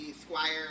squire